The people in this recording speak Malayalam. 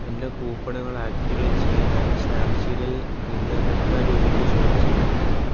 എന്റെ കൂപ്പണുകളാക്ടിവേറ്റ് ചെയ്യാൻ ഞാൻ സ്നാപ്സീഡിൽ നിന്ന് എത്ര രൂപയ്ക്ക് ഷോപ്പ് ചെയ്യണം